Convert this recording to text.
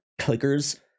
clickers